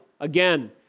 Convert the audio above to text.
again